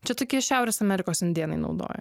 čia tokie šiaurės amerikos indėnai naudojo